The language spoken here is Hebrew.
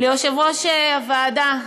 ליושב-ראש הוועדה,